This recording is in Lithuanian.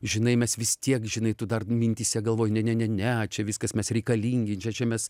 žinai mes vis tiek žinai tu dar mintyse galvoji ne ne čia viskas mes reikalingi čia čia mes